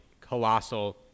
colossal